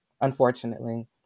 unfortunately